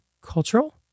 cultural